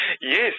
Yes